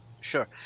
Sure